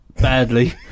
badly